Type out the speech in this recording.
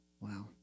Wow